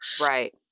Right